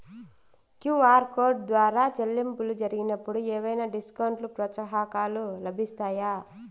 QR code ద్వారా చెల్లింపులు జరిగినప్పుడు ఏవైనా డిస్కౌంట్ లు, ప్రోత్సాహకాలు లభిస్తాయా?